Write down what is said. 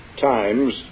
times